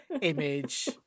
image